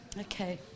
Okay